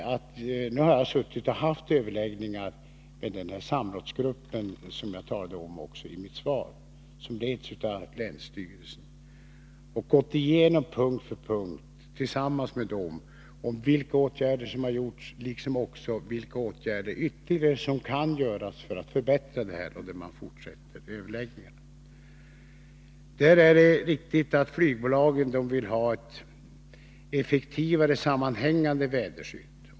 Jag har haft överläggningar med den samrådsgrupp som jag nämnde i mitt svar och som leds av länsstyrelsen. Tillsammans har vi på punkt efter punkt gått igenom vilka åtgärder som vidtagits, liksom också vilka åtgärder som ytterligare kan behöva göras. De överläggningarna fortsätter. Det är riktigt att flygbolagen vill ha ett effektivare, sammanhängande väderskydd.